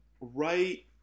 right